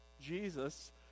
Jesus